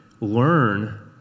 learn